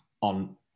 on